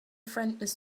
friend